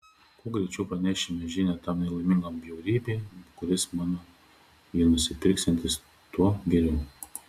kuo greičiau pranešite žinią tam nelaimingam bjaurybei kuris mano jį nusipirksiantis tuo geriau